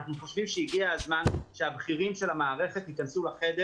אנחנו חושבים שהגיע הזמן שהבכירים של המערכת ייכנסו לחדר